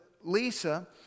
Lisa